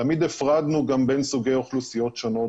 תמיד הפרדנו גם בין סוגי אוכלוסיות שונות.